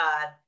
god